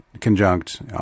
conjunct